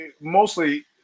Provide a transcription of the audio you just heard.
mostly